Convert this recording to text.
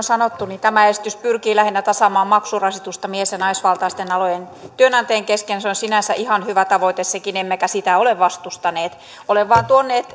sanottu tämä esitys pyrkii lähinnä tasaamaan maksurasitusta mies ja naisvaltaisten alojen työnantajien kesken se on sinänsä ihan hyvä tavoite sekin emmekä sitä ole vastustaneet olemme vain tuonut